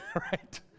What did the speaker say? right